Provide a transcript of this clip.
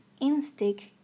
instinct